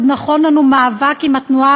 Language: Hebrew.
ואני משוכנעת שעוד נכון לנו מאבק עם התנועה